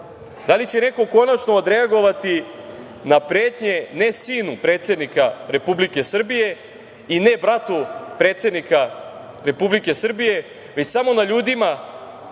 Da li će neko konačno odreagovati na pretnje ne sinu predsednika Republike Srbije i ne bratu predsednika Republike Srbije, već samo na ljudima